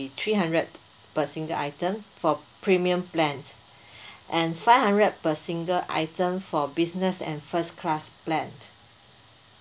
three hundred per single item for premium plans and five hundred per single item for business and first class plan